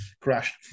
crashed